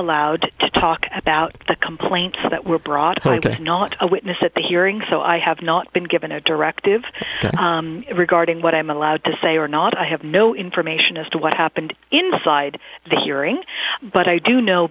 allowed to talk about the complaints that were brought not a witness at the hearing so i have not been given a directive regarding what i'm allowed to say or not i have no information as to what happened inside the hearing but i do know